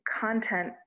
content